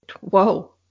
Whoa